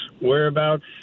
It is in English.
whereabouts